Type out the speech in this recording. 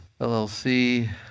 LLC